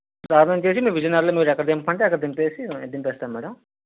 cab వచ్చేసి మీరు విజయనగరంలో ఎక్కడ దింపమంటే అక్కడ దింపేసి దింపేస్తాం మ్యాడమ్